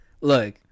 look